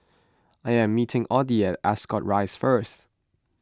I am meeting Oddie at Ascot Rise first